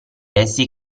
essi